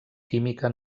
química